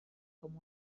com